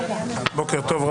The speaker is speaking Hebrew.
בוקר טוב.